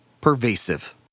pervasive